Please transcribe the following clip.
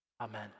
Amen